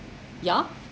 ya